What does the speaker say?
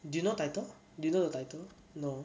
do you know title do you know the title no